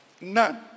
none